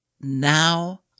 now